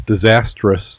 disastrous